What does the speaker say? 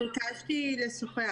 ביקשתי לדבר,